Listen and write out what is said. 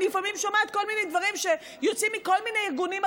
אני לפעמים שומעת כל מיני דברים שיוצאים מכל מיני ארגונים,